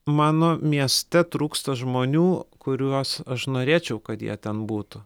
mano mieste trūksta žmonių kuriuos aš norėčiau kad jie ten būtų